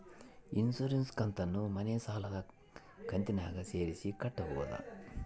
Insurance ಕಂತನ್ನ ಮನೆ ಸಾಲದ ಕಂತಿನಾಗ ಸೇರಿಸಿ ಕಟ್ಟಬೋದ?